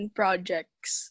projects